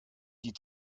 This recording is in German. die